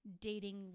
dating